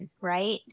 right